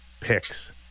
picks